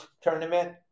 Tournament